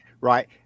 Right